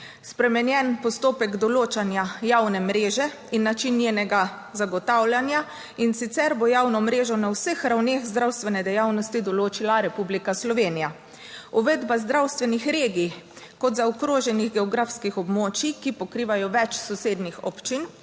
spremenjen postopek določanja javne mreže in način njenega zagotavljanja, in sicer bo javno mrežo na vseh ravneh zdravstvene dejavnosti določila Republika Slovenija, uvedba zdravstvenih regij kot zaokroženih geografskih območij, ki pokrivajo več sosednjih občin,